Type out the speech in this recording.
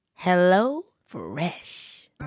HelloFresh